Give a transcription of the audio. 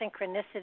synchronicity